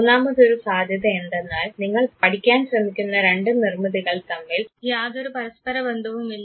മൂന്നാമത്തെ സാധ്യത എന്തെന്നാൽ നിങ്ങൾ പഠിക്കാൻ ശ്രമിക്കുന്ന രണ്ട് നിർമ്മിതികൾ തമ്മിൽ യാതൊരു പരസ്പര ബന്ധവുമില്ല